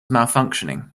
malfunctioning